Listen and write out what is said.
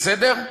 בסדר?